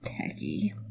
Peggy